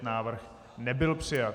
Návrh nebyl přijat.